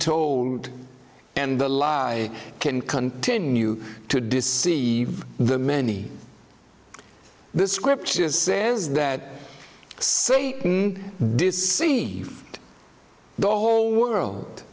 told and the lie can continue to deceive the many the scripture says that say this see the whole world